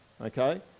Okay